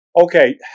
okay